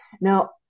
Now